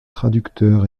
traducteur